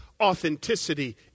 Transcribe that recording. Authenticity